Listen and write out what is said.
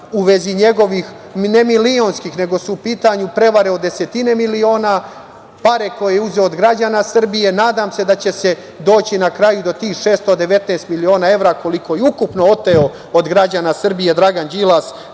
u vezi njegovih ne milionskih, nego su u pitanju prevare od desetine miliona, pare koje je uzeo od građana Srbije, nadam se da će se doći na kraju i do tih 619 miliona evra koliko je i ukupno oteo od građana Srbije Dragan Đilas